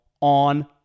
on